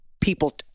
people